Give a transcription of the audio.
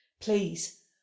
please